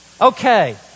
okay